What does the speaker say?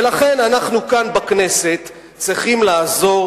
ולכן אנחנו כאן בכנסת צריכים לעזור